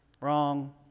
wrong